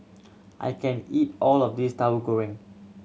I can't eat all of this Tahu Goreng